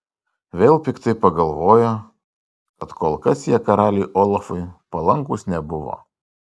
vėl piktai pagalvojo kad kol kas jie karaliui olafui palankūs nebuvo